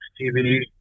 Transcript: TV